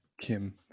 kim